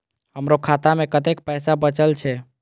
हमरो खाता में कतेक पैसा बचल छे?